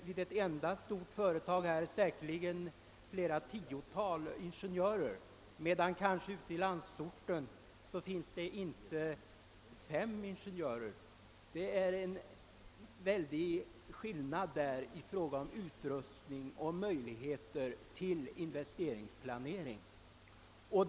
Vid ett enda stort företag finns säkerligen flera tiotal ingenjörer, medan det kanske hos samtliga tidningar ute i landsorten inte finns fem. Det är en väldig skillnad i fråga om teknisk hjälp och möjligheter till investeringsplanering.